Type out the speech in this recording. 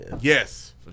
Yes